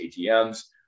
atm's